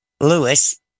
Lewis